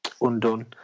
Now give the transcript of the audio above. Undone